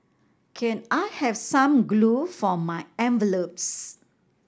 can I have some glue for my envelopes